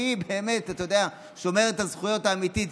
היא באמת, אתה יודע, שומרת הזכויות האמיתית.